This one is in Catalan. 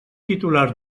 titulars